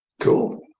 Cool